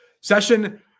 session